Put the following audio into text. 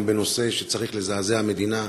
בנושא שצריך לזעזע את המדינה: